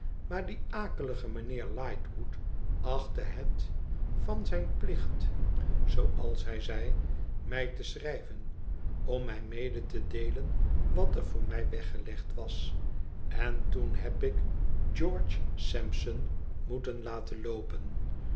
maar die akelige meneer lightwood achtte het van zijn plicht zooals hij zei mij te schrijven om mij mede te deelen wat er voor mij weggelegd was en toen heb ik george sampson moeten laten loopen